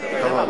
חבל,